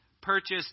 purchased